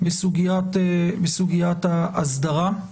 בסוגיית ההסדרה.